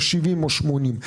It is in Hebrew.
70 או 80,